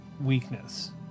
weakness